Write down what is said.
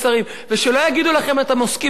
ושלא יגידו לכם שאתם עוסקים בזוטות.